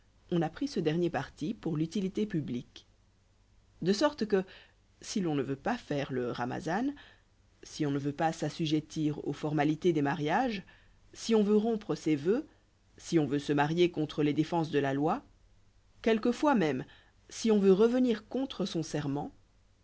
on a pris ce dernier parti pour l'utilité publique ainsi si l'on ne veut pas faire le rahmazan si on ne veut pas s'assujettir aux formalités des mariages si on veut rompre ses vœux si on veut se marier contre les défenses de la loi quelquefois même si on veut revenir contre son serment